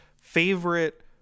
favorite